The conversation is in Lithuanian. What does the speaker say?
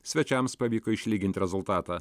svečiams pavyko išlygint rezultatą